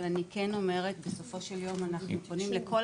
אבל אני כן אומרת שבסופו של יום אנחנו פונים לכל